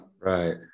Right